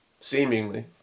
seemingly